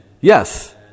Yes